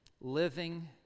living